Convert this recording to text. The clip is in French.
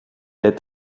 est